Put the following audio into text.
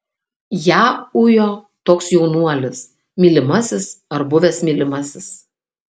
ją ujo toks jaunuolis mylimasis ar buvęs mylimasis